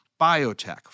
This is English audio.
biotech